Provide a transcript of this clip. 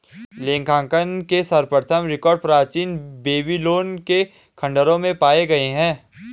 लेखांकन के सर्वप्रथम रिकॉर्ड प्राचीन बेबीलोन के खंडहरों में पाए गए हैं